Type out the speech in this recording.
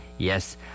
Yes